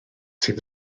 sydd